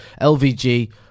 LVG